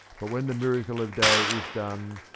but when the miracle of day is done,